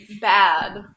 bad